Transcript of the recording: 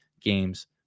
games